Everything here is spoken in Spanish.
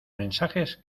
mensajes